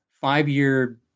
five-year